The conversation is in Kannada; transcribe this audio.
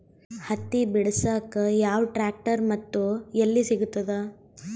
ಹತ್ತಿ ಬಿಡಸಕ್ ಯಾವ ಟ್ರ್ಯಾಕ್ಟರ್ ಮತ್ತು ಎಲ್ಲಿ ಸಿಗತದ?